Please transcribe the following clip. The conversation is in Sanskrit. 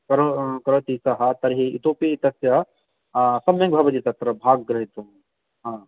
करो करोति सः तर्हि इतोऽपि तस्य सम्यक् भवति तत्र भग् ग्रहीतुं हा